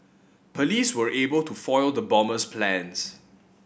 police were able to foil the bomber's plans